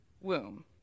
womb